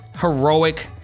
heroic